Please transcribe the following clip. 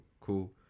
Cool